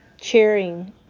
cheering